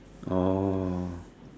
oh